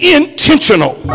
intentional